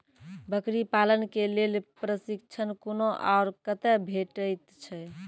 बकरी पालन के लेल प्रशिक्षण कूना आर कते भेटैत छै?